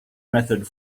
method